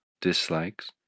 dislikes